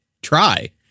try